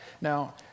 Now